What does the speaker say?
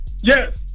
Yes